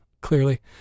clearly